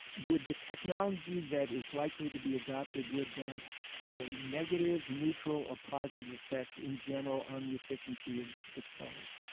would the technology that is likely to be adapted, would that have a negative neutral or positive effect in general on the efficiency of this product?